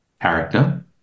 character